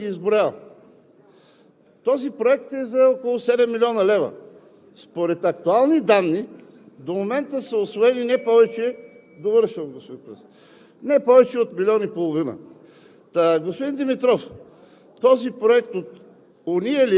Столична община, Горна Малина, няма смисъл да ги изброявам. Този проект е за около 7 млн. лв. и според актуални данни до момента са усвоени не повече от милион и половина.